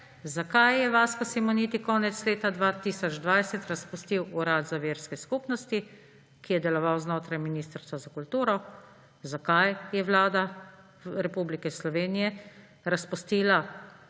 zakaj je Vasko Simoniti konec leta 2020 razpustil Urad za verske skupnosti, ki je deloval znotraj Ministrstva za kulturo. Zakaj je Vlada Republike Slovenije razpustila